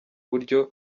buryo